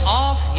off